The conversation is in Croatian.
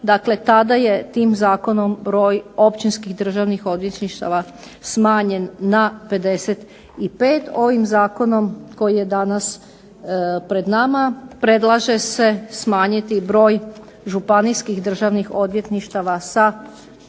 tada je zakonom broj općinskih državnih odvjetništava smanjen na 55. Ovim zakonom koji je pred nama predlaže se smanjiti broj županijskih državnih odvjetništava sa